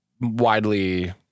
widely